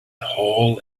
haul